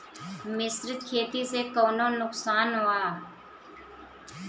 मिश्रित खेती से कौनो नुकसान वा?